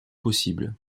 possible